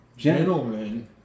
Gentlemen